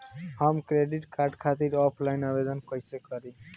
हम credit card खातिर offline आवेदन कइसे करि?